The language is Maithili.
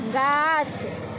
गाछ